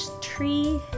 tree